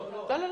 בזום.